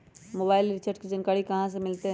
Mobile recharge के जानकारी कहा से मिलतै?